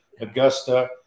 Augusta